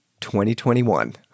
2021